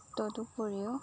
তদুপৰিও